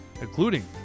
including